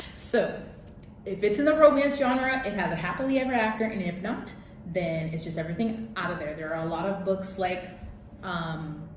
so if it's in the romance genre, it has a happily ever after and if not then it's just everything out of there. there are a lot of books like um